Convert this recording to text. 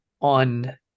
on